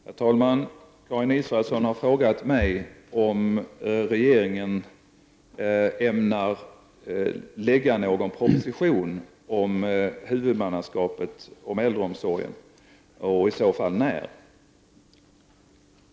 Herr talman! Karin Israelsson har frågat mig om regeringen ämnar lägga fram någon proposition om huvudmannaskapet om äldreomsorgen och i så fall när.